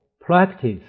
practice